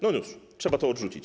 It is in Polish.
No już, trzeba to odrzucić.